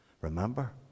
Remember